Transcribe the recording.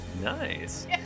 Nice